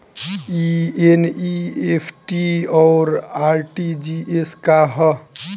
ई एन.ई.एफ.टी और आर.टी.जी.एस का ह?